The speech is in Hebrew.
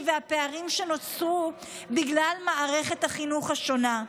והפערים שנוצרו בגלל מערכת החינוך השונה.